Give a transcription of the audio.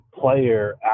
player